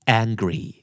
angry